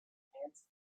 hands